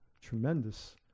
tremendous